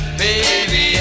baby